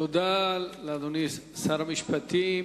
תודה לאדוני שר המשפטים.